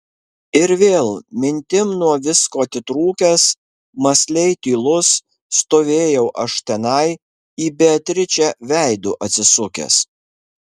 ir vėl mintim nuo visko atitrūkęs mąsliai tylus stovėjau aš tenai į beatričę veidu atsisukęs